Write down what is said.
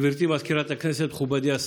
גברתי מזכירת הכנסת, מכובדי השר,